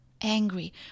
Angry